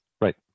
Right